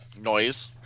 Noise